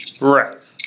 Right